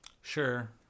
sure